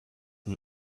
and